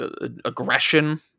aggression